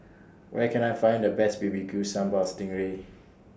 Where Can I Find The Best B B Q Sambal Sting Ray